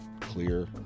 clear